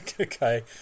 okay